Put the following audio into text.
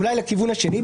אולי לכיוון השני.